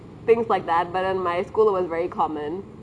things like that but in my school it was very common